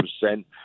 percent